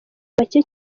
bake